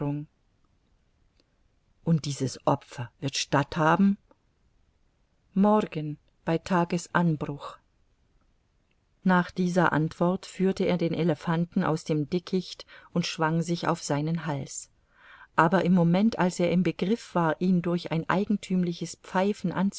und dieses opfer wird statthaben morgen bei tagesanbruch nach dieser antwort führte er den elephanten aus dem dickicht und schwang sich auf seinen hals aber im moment als er im begriff war ihn durch ein eigenthümliches